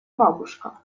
бабушка